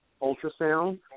ultrasound